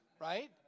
Right